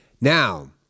Now